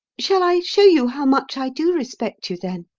shall i show you how much i do respect you, then?